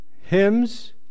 hymns